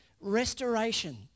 restoration